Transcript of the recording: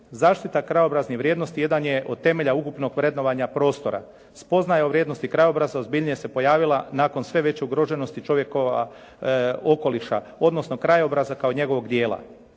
Zaštita krajobraznih vrijednosti jedan je od temelja ukupnog vrednovanja prostora. Spoznaja o vrijednosti krajobraza ozbiljnije se pojavila nakon sve veće ugroženosti čovjekova okoliša, odnosno krajobraza kao njegovog dijela.